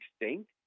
extinct